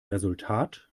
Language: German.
resultat